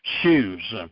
shoes